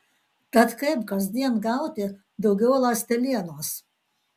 tad kaip kasdien gauti daugiau ląstelienos